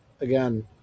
again